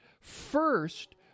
First